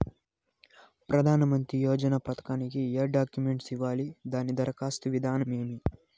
ప్రధానమంత్రి యోజన పథకానికి ఏ డాక్యుమెంట్లు ఇవ్వాలి దాని దరఖాస్తు విధానం ఏమి